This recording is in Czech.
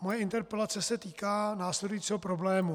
Moje interpelace se týká následujícího problému.